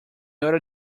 order